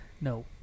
No